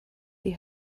die